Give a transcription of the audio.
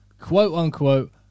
quote-unquote